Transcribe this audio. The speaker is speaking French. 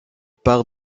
part